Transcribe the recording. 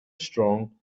strong